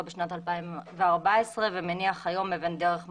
בשנת 2014 ומניח היום אבן דרך משמעותית.